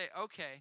okay